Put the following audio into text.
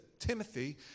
Timothy